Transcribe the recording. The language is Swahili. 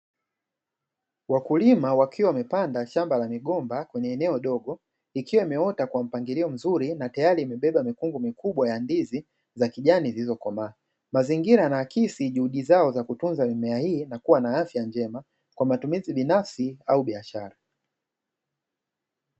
Wakulima wakiwa wamepanda shamba la migomba kwenye eneo dogo; ikiwa imeota kwa mpangilio mzuri, na tayari imebeba mikungu mikubwa ya ndizi za kijani zilizokomaa. Mazingira yanaakisi juhudi zao za kutunza mimea hii, na kuwa na afya njema kwa matumizi binafsi au biashara.